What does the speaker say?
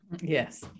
Yes